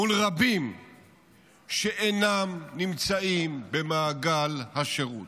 מול רבים שאינם נמצאים במעגל השירות.